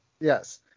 Yes